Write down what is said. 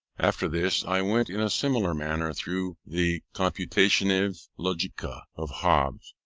after this, i went in a similar manner through the computatio sive logica of hobbes,